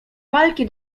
walki